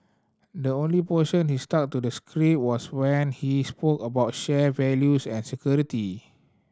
the only portion he stuck to the script was when he spoke about shared values and security